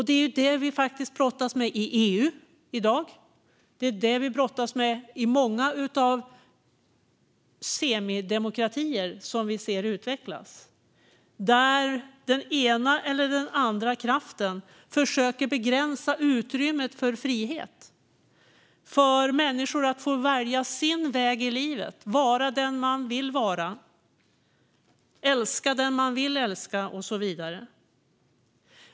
Det är ju faktiskt det vi brottas med i EU i dag, och det är det vi brottas med i många av de semidemokratier som vi ser utvecklas och där den ena eller andra kraften försöker begränsa utrymmet för frihet och människors rätt att välja sin väg i livet, vara den man vill vara, älska den man vill älska och så vidare.